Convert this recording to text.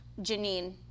Janine